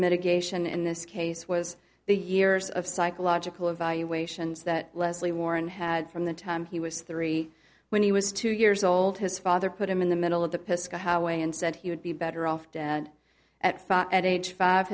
medication in this case was the years of psychological evaluations that leslie warren had from the time he was three when he was two years old his father put him in the middle of the piskun how way instead he would be better off dead at at age five